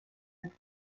had